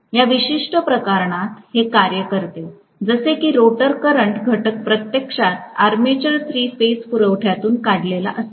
या विशिष्ट प्रकरणात हे कार्य करते जसे की रोटर करंट घटक प्रत्यक्षात आर्मेचर थ्री फेज पुरवठ्यातून काढलेला असतो